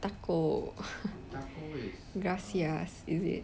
taco is it